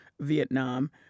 Vietnam